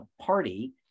party